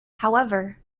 however